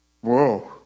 Whoa